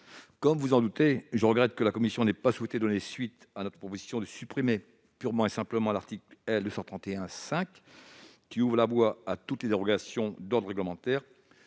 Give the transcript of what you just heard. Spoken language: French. Comme vous en doutez, je regrette que la commission n'ait pas souhaité donner suite à notre proposition de supprimer purement et simplement l'article L. 231-5, qui ouvre la voie à toutes les dérogations d'ordre réglementaire.